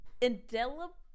indelible